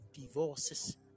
divorces